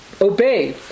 obey